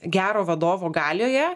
gero vadovo galioje